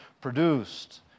produced